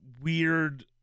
weird